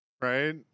right